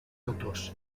autors